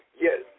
Yes